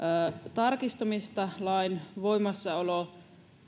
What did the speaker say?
tarkistamista lain voimassaolokaudella